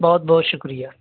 بہت بہت شکریہ